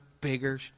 bigger